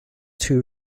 two